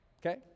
Okay